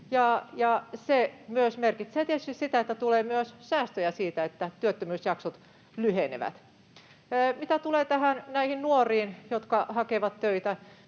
merkitsee tietysti sitä, että tulee myös säästöjä siitä, että työttömyysjaksot lyhenevät. Mitä tulee näihin nuoriin, jotka hakevat töitä: